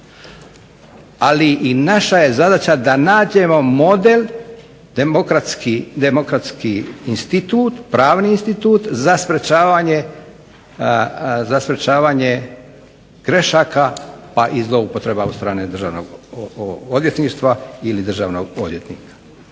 Ali naša je zadaća da nađemo model, demokratski institut, pravni institut za sprečavanje grešaka pa i zloupotreba od strane državnog odvjetništva ili državnog odvjetnika.